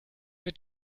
mit